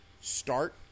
start